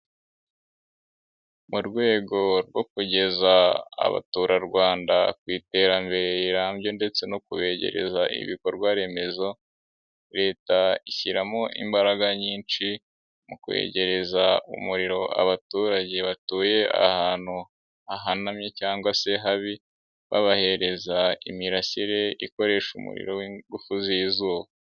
Mu rwego rwo kugeza abaturarwanda ku iterambere rirambye ndetse no kubegereza ibikorwa remezo, Leta ishyiramo imbaraga nyinshi mu kwegereza umuriro abaturage batuye ahantu hahanamye cyangwa se habi, babahereza imirasire ikoresha umuriro w'ingufu z'izuba.